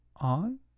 on